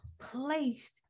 placed